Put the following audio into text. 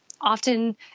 often